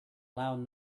loud